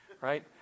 right